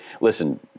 listen